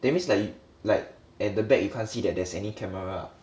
that means like like at the back you can't see that there's any camera ah